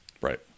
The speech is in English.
Right